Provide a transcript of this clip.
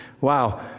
Wow